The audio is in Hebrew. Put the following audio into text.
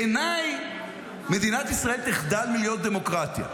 בעיניי מדינת ישראל תחדל מלהיות דמוקרטיה.